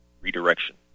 redirection